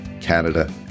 Canada